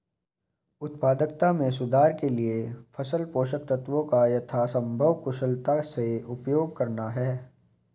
उत्पादकता में सुधार के लिए फसल पोषक तत्वों का यथासंभव कुशलता से उपयोग करना है